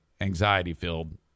anxiety-filled